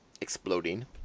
exploding